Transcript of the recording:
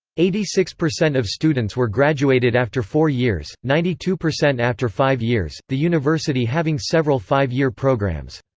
eighty six percent of students were graduated after four years, ninety two percent after five years, the university having several five-year programs.